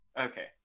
Okay